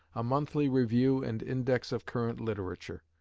a monthly review and index of current literature.